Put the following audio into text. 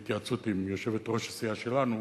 בהתייעצות עם יושבת-ראש הסיעה שלנו,